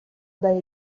dai